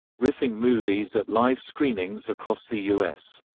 riffing movies at live screenings across the u s.